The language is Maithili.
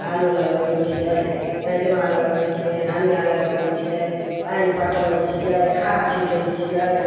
आलू लगबय छियै राजमा लगबय छियै धनिआँ लगबय छियै पानि पटबय छियै खाद छीटय छियै